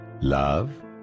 love